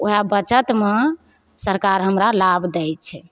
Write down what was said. वएह बचतमे सरकार हमरा लाभ दै छै